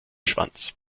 schwanz